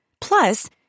Plus